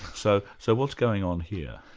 so so what's going on here?